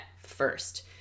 first